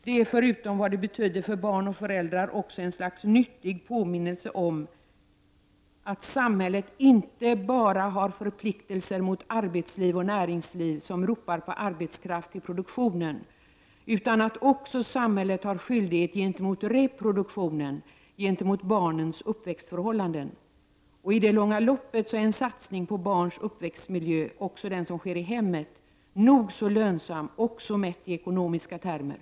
Det är förutom vad det innebär för barn och föräldrar också ett slags nyttig påminnelse om att samhället har förpliktelser inte bara mot arbetsliv och näringsliv, som ropar på arbetskraft i produktionen, utan också gentemot reproduktionen, när det gäller att värna om barnens uppväxtförhållanden. I det långa loppet är en satsning på barns uppväxtmiljö, också den i hemmet, nog så lönsam, även mätt i ekonomiska termer.